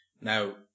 Now